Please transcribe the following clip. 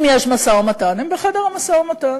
אם יש משא-ומתן, הם בחדר המשא-ומתן.